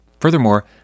Furthermore